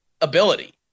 ability